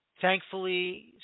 thankfully